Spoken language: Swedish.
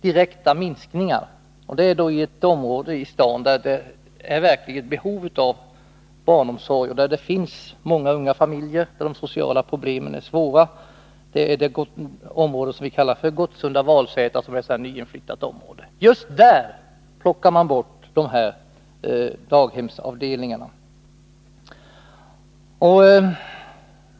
Och detta sker i ett område i staden där det verkligen finns behov av barnomsorg, där det finns många unga familjer och där de sociala problemen är svåra — det område som vi kallar Gottsunda-Valsätra, ett område med många nyinflyttade. Just där plockar man alltså bort dessa daghemsavdelningar.